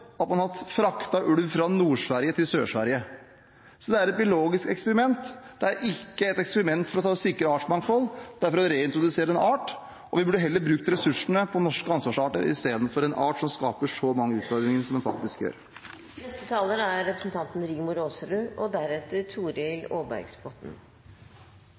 at man har fraktet ulv fra Nord-Sverige til Sør-Sverige. Så det er et biologisk eksperiment. Det er ikke et eksperiment for å sikre artsmangfold, det er for å reintrodusere en art. Vi burde heller bruke ressursene på norske ansvarsarter i stedet for på en art som skaper så mange utfordringer som den faktisk gjør. Det er ingen tvil om at rovdyrpolitikk er